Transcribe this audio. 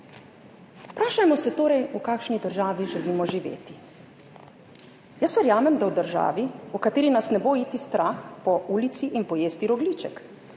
Vprašajmo se torej, v kakšni državi želimo živeti. Jaz verjamem, da v državi, v kateri nas ne bo strah iti po ulici in pojesti rogljička,